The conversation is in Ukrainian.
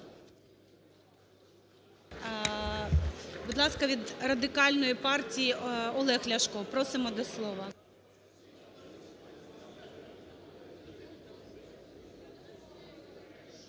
Будь ласка, від Радикальної партії Олег Ляшко, просимо до слова.